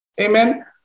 amen